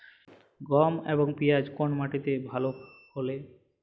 গম এবং পিয়াজ কোন মাটি তে ভালো ফলে?